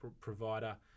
provider